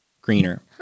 greener